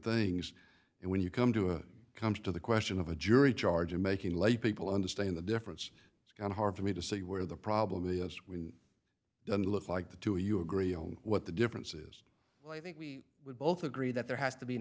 things and when you come to it comes to the question of a jury charge of making laypeople understand the difference it's kind of hard for me to see where the problem is we don't look like the two you agree on what the differences well i think we would both agree that there has to be an